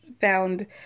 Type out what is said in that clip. found